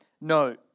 No